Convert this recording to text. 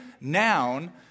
noun